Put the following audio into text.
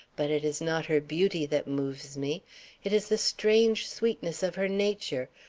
but it is not her beauty that moves me it is the strange sweetness of her nature,